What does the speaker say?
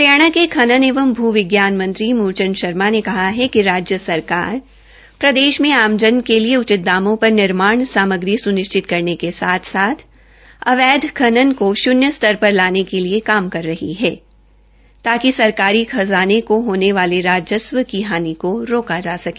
हरियाणा के खनन एं भू विज्ञान मंत्री मूल चंद शर्मा ने कहा है कि राज्य सरकार प्रदेश में आमजन के लिए उचित दामों पर निर्माण सामग्री स्निश्चित करने के साथ साथ अवैध खनन को शून्य पर लाने के लिए काम कर रही है ताकि सरकारी खजाने में होने वाली राज्स्व की हानि को रोका जा सके